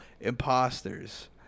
imposters